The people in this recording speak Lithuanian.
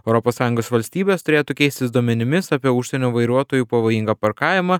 europos sąjungos valstybės turėtų keistis duomenimis apie užsienio vairuotojų pavojingą parkavimą